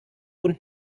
und